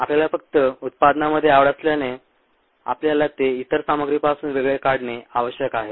आपल्याला फक्त उत्पादनामध्ये आवड असल्याने आपल्याला ते इतर सामग्रीपासून वेगळे काढणे आवश्यक आहे